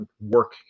work